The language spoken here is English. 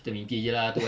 kita mimpi jer lah tu eh